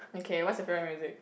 okay what's your favourite music